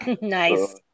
Nice